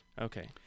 Okay